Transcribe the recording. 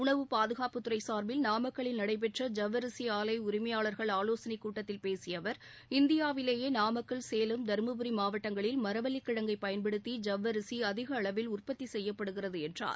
உணவு பாதுகாப்புத்துறை சார்பில் நாமக்கல்லில் நடைபெற்ற ஜவ்வரிசி ஆலை உரிமையாளர்கள் ஆலோசனைக் கூட்டத்தில் பேசிய அவர் இந்தியாவிலேயே நாமக்கல் சேலம் தர்மபுரி மாவட்டங்களில் மரவள்ளிக்கிழங்கைப் பயன்படுத்தி ஜவ்வரிசி அதிக அளவில் உற்பத்தி செய்யப்படுகிறது என்றார்